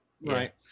right